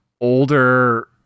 older